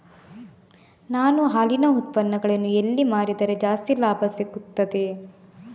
ನಾನು ಹಾಲಿನ ಉತ್ಪನ್ನಗಳನ್ನು ಎಲ್ಲಿ ಮಾರಿದರೆ ಜಾಸ್ತಿ ಲಾಭ ಸಿಗುತ್ತದೆ?